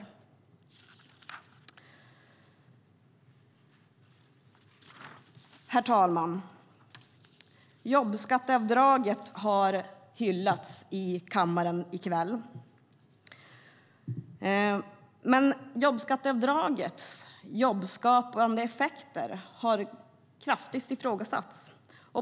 Herr talman! Jobbskatteavdraget har hyllats i kammaren i kväll. Men jobbskatteavdragets jobbskapande effekter har kraftigt ifrågasatts.